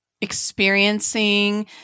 experiencing